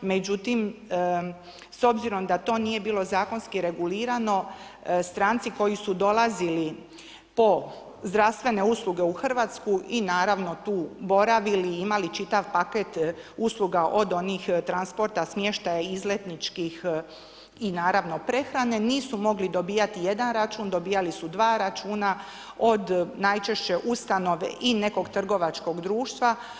Međutim, s obzirom da to nije bilo zakonski regulirano, stranci koji su dolazili po zdravstvene usluge u RH i naravno tu boravili i imali čitav paket usluga, od onih transporta, smještaja, izletničkih i naravno prehrane, nisu mogli dobivati jedan račun, dobivali su dva računa, od najčešće ustanove i nekog trgovačkog društva.